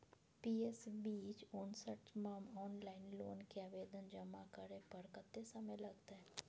PS बीच उनसठ म ऑनलाइन लोन के आवेदन जमा करै पर कत्ते समय लगतै?